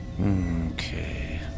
Okay